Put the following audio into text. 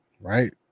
Right